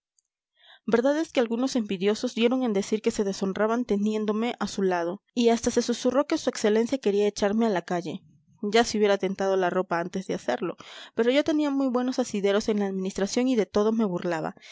verdad es que algunos envidiosos dieron en decir que se deshonraban teniéndome a su lado y hasta se susurró que su excelencia quería echarme a la calle ya se hubiera tentado la ropa antes de hacerlo pero yo tenía muy buenos asideros en la administración y de todo me burlaba